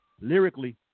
lyrically